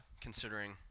considering